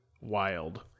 wild